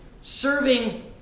serving